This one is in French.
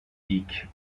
dick